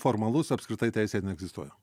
formalus apskritai teisėje neegzistuoja